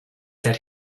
that